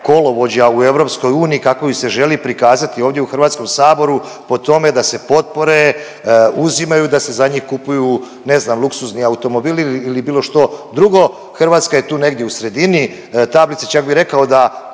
u EU kako ju se želi prikazati ovdje u HS-u po tome da se potpore uzimaju, da se za njih kupuju, ne znam, luksuzni automobili ili bilo što drugo, Hrvatska je tu negdje u sredini tablice, čak bi rekao da